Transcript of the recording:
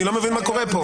אני לא מבין מה קורה כאן.